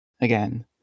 again